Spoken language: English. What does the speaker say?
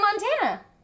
Montana